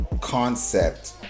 concept